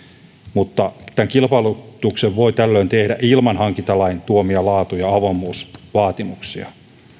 mutta tämän kilpailutuksen voi tällöin tehdä ilman hankintalain tuomia laatu ja avoimuusvaatimuksia